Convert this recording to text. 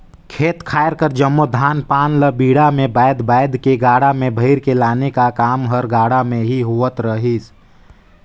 खेत खाएर कर जम्मो धान पान ल बीड़ा मे बाएध बाएध के गाड़ा मे भइर के लाने का काम हर गाड़ा मे ही होवत रहिस